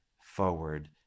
forward